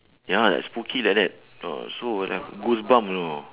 ya like spooky like that know so will have goose bump you know